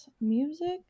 music